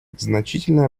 значительная